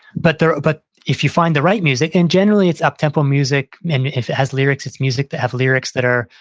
but but if you find the right music, and generally it's uptempo music and if it has lyrics, it's music that have lyrics that are,